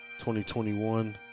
2021